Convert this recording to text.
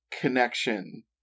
connection